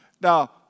Now